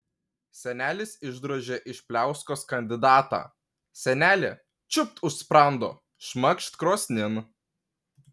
senelis išdrožė iš pliauskos kandidatą senelė čiūpt už sprando šmakšt krosnin